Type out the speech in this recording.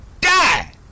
die